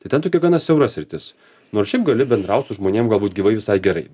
tai ten tokia gana siaura sritis nors šiaip gali bendraut žmonėm galbūt gyvai visai gerai